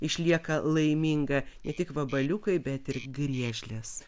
išlieka laiminga ne tik vabaliukai bet ir griežlės